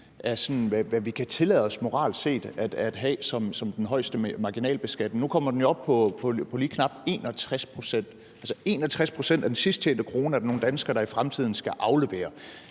set kan tillade os at have som den højeste marginalbeskatning? Nu kommer den jo op på lige knap 61 pct. – altså 61 pct. af den sidsttjente krone er der nogle danskere der i fremtiden skal aflevere.